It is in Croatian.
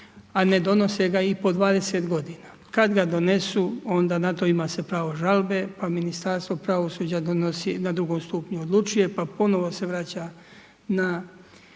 a ne donose ga i po 20 godina. Kad ga donesu onda na to ima se pravo žalbe, pa Ministarstvo pravosuđa donosi na drugom stupnju odlučuje, pa ponovo se vraća na